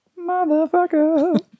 motherfucker